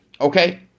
okay